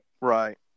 Right